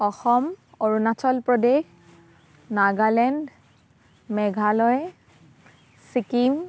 Assam Arunachal Pradesh Nagaland Meghalaya Sikkim